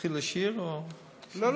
להתחיל לשיר, או, לא,